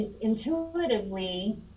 intuitively